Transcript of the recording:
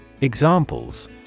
Examples